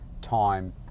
time